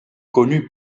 connu